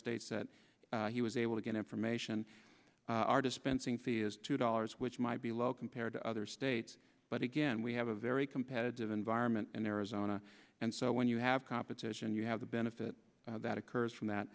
states that he was able to get information our dispensing fee is two dollars which might be low compared to other states but again we have a very competitive environment in arizona and so when you have competition you have the benefit that occurs from that